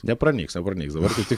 nepranyks pranyks dabar tai tik